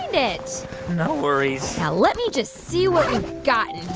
it no worries now let me just see what we've got in